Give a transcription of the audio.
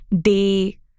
day